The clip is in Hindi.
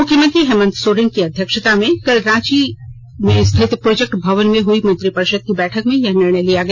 मुख्यमंत्री हेमंत सोरेन की अध्यक्षता में कल राजधानी रांची स्थित प्रोजेक्ट भवन में हुई मंत्रिपरिषद की ब्रेठक में यह निर्णय लिया गया